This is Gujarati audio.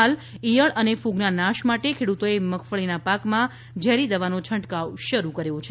હાલ ઈયળ અને ક્રગના નાશ માટે ખેડૂતોએ મગફળીના પાકમા ઝેરી દવાનો છંટકાવ શરૂ કર્યો છે